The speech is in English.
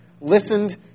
listened